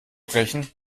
brechen